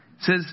says